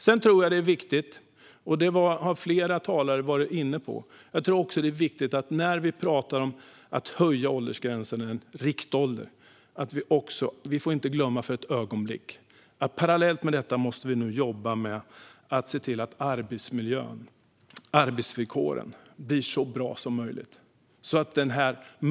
Flera talare har varit inne på att det är viktigt att när vi talar om att höja åldersgränsen - riktåldern - inte för ett ögonblick glömmer att parallellt måste vi jobba för att arbetsmiljön och arbetsvillkoren blir så bra som möjligt.